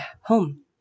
home